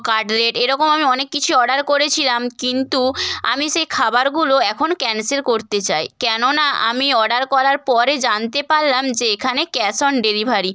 cutlet এরকম আমি অনেক কিছু অর্ডার করেছিলাম কিন্তু আমি সেই খাবারগুলো এখন ক্যানসেল করতে চাই কেননা আমি অর্ডার করার পরে জানতে পারলাম যে এখানে ক্যাশ অন ডেলিভারি